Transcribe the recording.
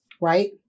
right